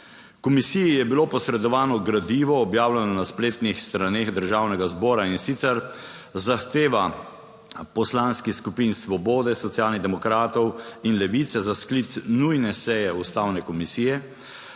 Komisiji je bilo posredovano gradivo objavljeno na spletnih straneh Državnega zbora in sicer zahteva poslanskih skupin Svobode, Socialnih demokratov in Levice za sklic nujne seje Ustavne komisije,